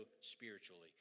spiritually